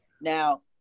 Now